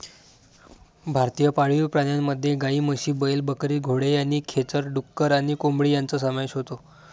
भारतीय पाळीव प्राण्यांमध्ये गायी, म्हशी, बैल, बकरी, घोडे आणि खेचर, डुक्कर आणि कोंबडी यांचा समावेश होतो